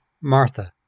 Martha